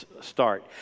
start